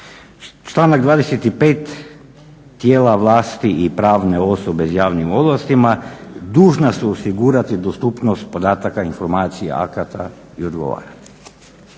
Članak 25. "Tijela vlasti i pravne osobe s javnim ovlastima dužna su osigurati dostupnost podataka, informacija, akata i odgovora".